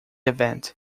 event